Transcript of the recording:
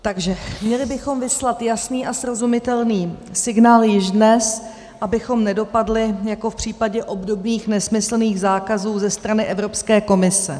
Takže měli bychom vyslat jasný a srozumitelný signál již dnes, abychom nedopadli jako v případě obdobných nesmyslných zákazů ze strany Evropské komise.